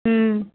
ம்